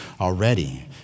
already